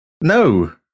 No